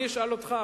אני אשאל אותך,